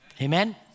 Amen